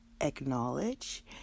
acknowledge